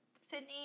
Sydney